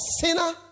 sinner